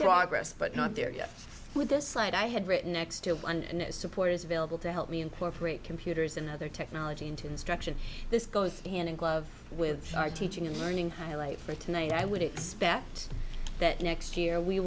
progress but not there yet with this site i had written next to one and it's supporters available to help me incorporate computers and other technology into instruction this goes hand in glove with our teaching and learning highlight for tonight i would expect that next year we